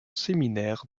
séminaire